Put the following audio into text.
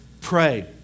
pray